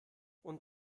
und